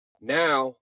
now